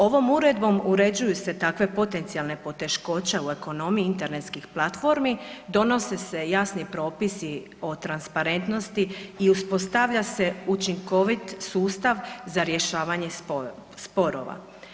Ovom uredbom uređuju se takve potencijalne poteškoće u ekonomiji internetskih platformi, donose se jasni propisi o transparentnosti i uspostavlja se učinkovit sustav za rješavanje sporova.